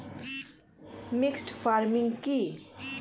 Mixed farming কি?